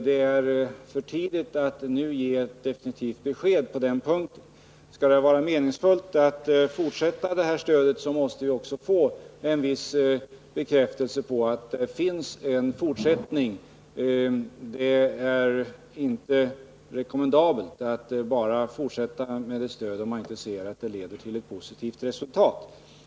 Det är för tidigt att nu ge ett definitivt besked på den här punkten. Skall det vara meningsfullt att fortsätta med stödet så måste man också få viss bekräftelse på att det finns förutsättningar för en fortsättning av verksamheten. Det är inte rekommendabelt att bara fortsätta med stödet om man inte ser att det leder till positivt resultat.